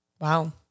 Wow